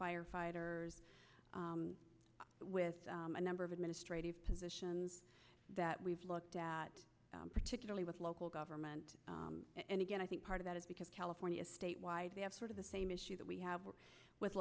firefighters with a number of administrative positions that we've looked at particularly with local government and again i think part of that is because california statewide they have sort of the same issue that we have w